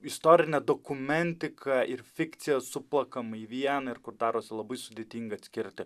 istorinė dokumentika ir fikcija suplakama į vieną ir kur darosi labai sudėtinga atskirti